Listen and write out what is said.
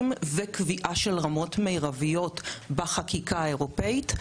וקביעה של רמות מירביות בחקיקה האירופית.